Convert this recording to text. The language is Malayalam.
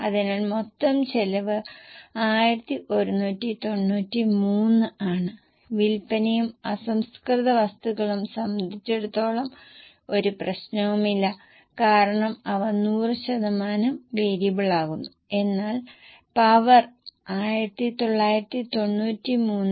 അതിനാൽ ഇപ്പോൾ RM ന്റെ വേരിയബിൾ ഘടകം നൽകിയിരിക്കുന്ന വിവരങ്ങൾ അനുസരിച്ച് 90 ശതമാനവും വേരിയബിളായിരുന്നുവെന്ന് നിങ്ങൾക്കറിയാം ഇത് കഴിഞ്ഞ വർഷത്തെ RM ചെലവാണ്